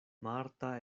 marta